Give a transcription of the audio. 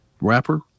rapper